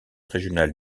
régional